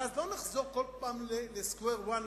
ואז לא נחזור כל פעם ל-square one,